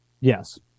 Yes